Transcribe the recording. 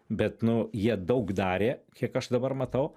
bet nu jie daug darė kiek aš dabar matau